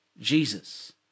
Jesus